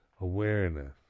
awareness